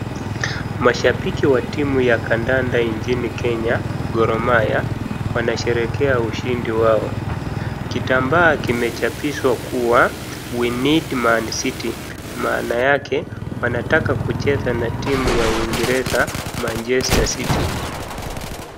Mashabiki wa timu ya kandanda nchini kenya Gor Mahia wanasherehekea ushindi wao kitambaa kimeapishwa kuwa we need mancity maana yake wanataka kucheza na timu ya wingereza Manchester City.